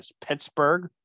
Pittsburgh